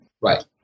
Right